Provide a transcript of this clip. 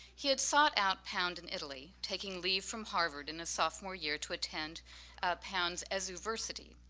he had sought out pound in italy, taking leave from harvard in his sophomore year to attend pound's ezuversity,